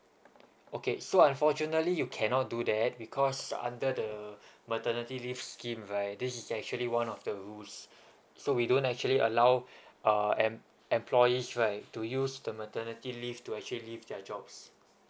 okay so unfortunately you cannot do that because under the maternity leave scheme right this is actually one of the rules so we don't actually allow uh employees right to use the maternity leave to actually leave their jobs